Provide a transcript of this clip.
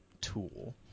tool